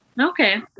Okay